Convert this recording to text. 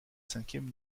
cinquième